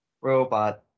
Robot